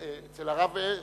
אצל הרב,